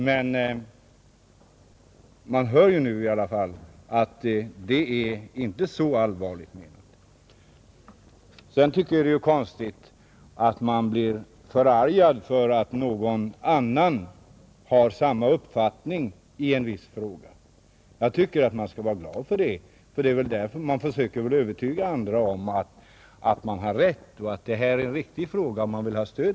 Men vi hör ju nu att det inte är så allvarligt menat. Sedan tycker jag att det är konstigt att man blir förargad över att någon annan har samma uppfattning som man själv i en viss fråga. Jag tycker att man skall vara glad för det. Man försöker väl övertyga andra om att man har rätt, att förslaget är riktigt och att det förtjänar stöd.